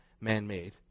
man-made